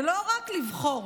זה לא רק לבחור.